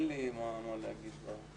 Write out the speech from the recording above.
אין לי מה להגיד עכשיו.